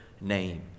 name